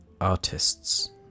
Artists